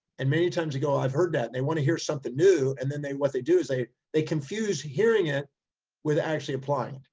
and many times they go, i've heard that and they want to hear something new. and then they, what they do is they, they confuse hearing it with actually applying.